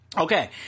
Okay